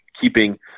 keeping